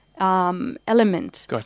Element